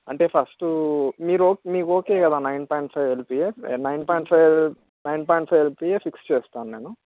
అంటే ఫస్ట్ మీరోకె మీకు ఓకే కదా nine point five LPA nine point five L nine point LPA fix చేస్తాను నేను